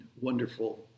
wonderful